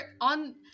on